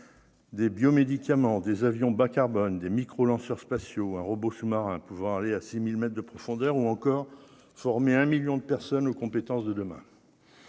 des biomédicaments des avions bas-carbone des micros lanceurs spatiaux un robot sous-marin pouvant aller à 6000 mètres de profondeur ou encore former un 1000000 de personnes aux compétences de demain.